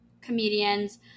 comedians